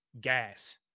gas